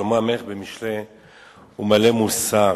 שלמה המלך במשלי הוא מלא מוסר,